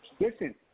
Listen